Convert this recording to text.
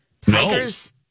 Tigers